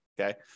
okay